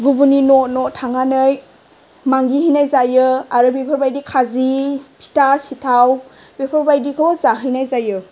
गुबुननि न' न' थांनानै मागिहैनाय जायो आरो बेफोरबायदि खाजि फिथा सिथाव बेफोरबायदिखौ जाहैनाय जायो